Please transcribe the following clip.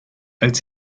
als